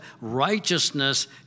righteousness